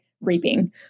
reaping